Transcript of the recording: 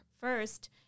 first